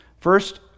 First